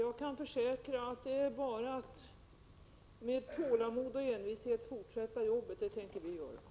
Jag kan försäkra att det bara är att med tålamod och envishet fortsätta arbetet. Det tänker vi göra.